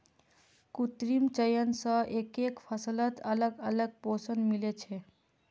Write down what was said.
कृत्रिम चयन स एकके फसलत अलग अलग पोषण मिल छे